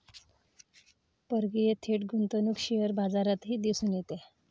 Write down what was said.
परकीय थेट गुंतवणूक शेअर बाजारातही दिसून येते